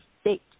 state